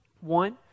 One